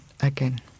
again